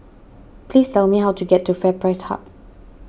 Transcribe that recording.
please tell me how to get to FairPrice Hub